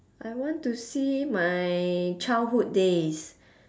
I want to see my childhood days